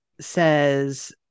says